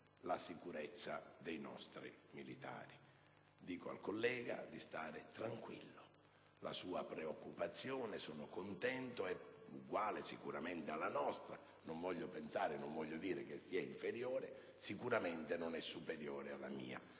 la sicurezza dei nostri militari». Dico al collega di stare tranquillo: la sua preoccupazione - sono contento - è uguale sicuramente alla nostra. Non voglio dire che sia inferiore, ma sicuramente non è superiore alla mia.